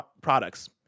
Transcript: products